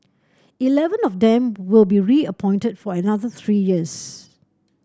eleven of them will be reappointed for another three years